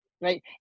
right